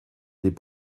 des